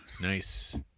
Nice